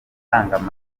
amaraso